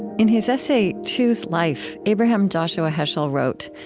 in his essay, choose life, abraham joshua heschel wrote,